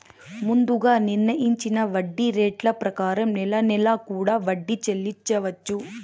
ముందుగా నిర్ణయించిన వడ్డీ రేట్ల ప్రకారం నెల నెలా కూడా వడ్డీ చెల్లించవచ్చు